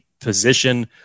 position